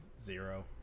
zero